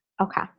Okay